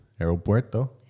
Aeropuerto